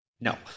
No